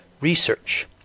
research